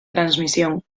transmisión